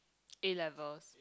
A-levels